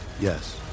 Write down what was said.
Yes